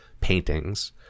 paintings